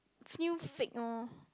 feel fake oh